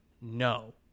no